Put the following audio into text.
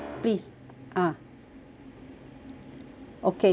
ah okay